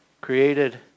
created